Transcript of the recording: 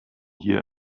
hier